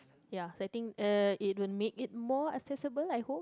ya so I think uh it will make it more accessible I hope